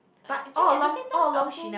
uh actually at the same time I also